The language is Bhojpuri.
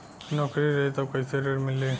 नौकरी रही त कैसे ऋण मिली?